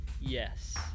Yes